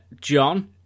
john